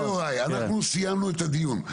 ווליד ויוראי, אנחנו סיימנו את הדיון.